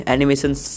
Animations